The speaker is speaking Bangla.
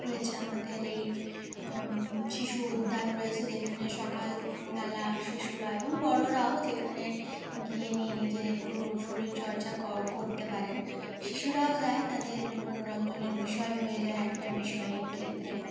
হয়েছে আমাদের এই শিশু উদ্যান রয়েছে যেখানে সকালবেলা শিশুরা এবং বড়োরাও যেখানে গিয়ে নিয়ে নিজের একটু শরীরচর্চা করতে পারেন শিশুরাও যায় তাদের মনোরঞ্জনের বিষয় হয়ে যায় একটা ক্ষেত্রে